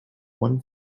one